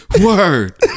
Word